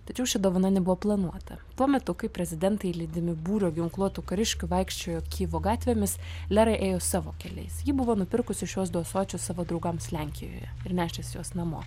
tačiau ši dovana nebuvo planuota tuo metu kai prezidentai lydimi būrio ginkluotų kariškių vaikščiojo kijevo gatvėmis lera ėjo savo keliais ji buvo nupirkusi šiuos du ąsočius savo draugams lenkijoje ir nešėsi juos namo